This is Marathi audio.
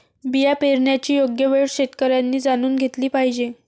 बिया पेरण्याची योग्य वेळ शेतकऱ्यांनी जाणून घेतली पाहिजे